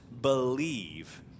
believe